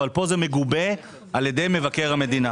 אבל כאן מגובה על ידי מבקר המדינה.